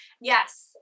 Yes